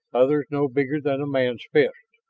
others no bigger than a man's fist.